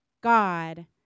God